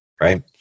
right